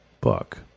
book